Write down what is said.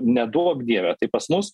neduok dieve tai pas mus